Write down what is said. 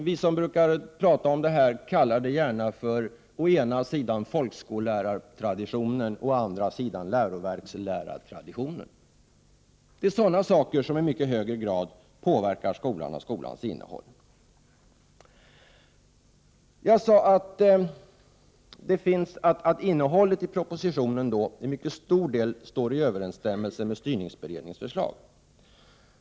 Vi som brukar tala om detta kallar det gärna för å ena sidan folkskollärartraditionen, å andra sidan läroverkslärartraditionen. Det är alltså sådana saker som i mycket högre grad påverkar skolan och skolans innehåll. Jag sade att innehållet i propositionen till mycket stor del står i överensstämmelse med styrningsberedningens förslag.